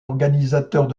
organisateurs